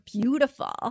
beautiful